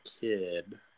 kid